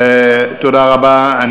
תודה רבה.